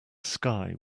sky